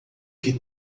que